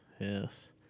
Yes